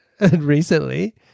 recently